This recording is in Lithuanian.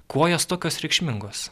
kuo jos tokios reikšmingos